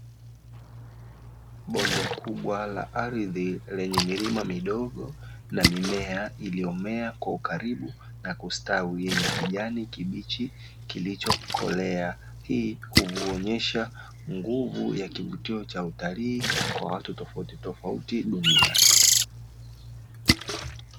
Bonde kubwa la ardhi lenye milima midogo na mimea iliyomea kwa ukaribu na kustawi yenye kijani kibichi kilichokolea hii kukuonyesha utalii kwa watu tofautitofauti duniani.